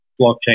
blockchain